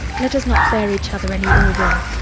let us not bear each other any ill will.